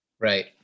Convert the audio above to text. right